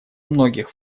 многих